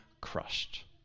crushed